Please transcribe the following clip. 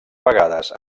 vegades